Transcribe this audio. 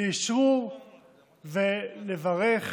לאשרר ולברך